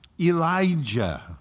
Elijah